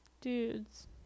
dudes